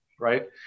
right